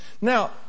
Now